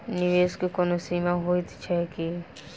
निवेश केँ कोनो सीमा होइत छैक की?